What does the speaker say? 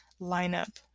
lineup